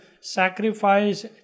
sacrifice